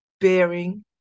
bearing